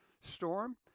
storm